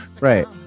Right